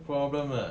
no problem ah